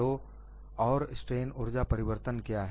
तो और स्ट्रेन ऊर्जा परिवर्तन क्या है